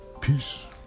Peace